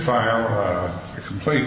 fire a complete